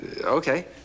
Okay